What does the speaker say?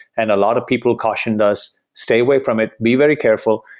and a lot of people cautioned us, stay away from it. be very careful,